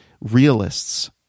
realists